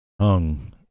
hung